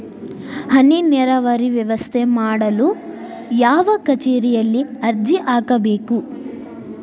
ಹನಿ ನೇರಾವರಿ ವ್ಯವಸ್ಥೆ ಮಾಡಲು ಯಾವ ಕಚೇರಿಯಲ್ಲಿ ಅರ್ಜಿ ಹಾಕಬೇಕು?